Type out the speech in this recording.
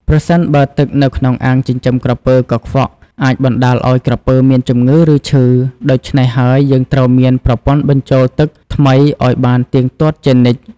ប្រសិនបើទឹកនៅក្នុងអាងចិញ្ចឹមក្រពើកខ្វក់អាចបណ្តាលឲ្យក្រពើមានជំងឺ ឬឈឺ ដូចច្នេះហើយយើងត្រូវមានប្រព័ន្ធបញ្ចូលទឹកថ្មីឲ្យបានទៀងទាត់ជានិច្ច។